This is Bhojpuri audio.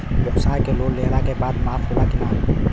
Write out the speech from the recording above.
ब्यवसाय के लोन लेहला के बाद माफ़ होला की ना?